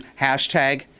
hashtag